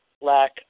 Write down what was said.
lack